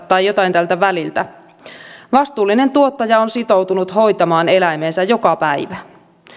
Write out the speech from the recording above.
tai jotain tältä väliltä vastuullinen tuottaja on sitoutunut hoitamaan eläimensä joka päivä